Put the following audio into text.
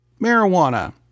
Marijuana